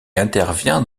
intervient